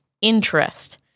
interest